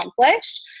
accomplish